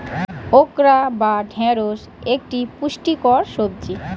okra বা ঢ্যাঁড়স একটি পুষ্টিকর সবজি